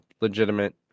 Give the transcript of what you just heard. legitimate